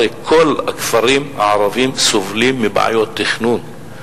הרי כל הכפרים הערביים סובלים מבעיות תכנון,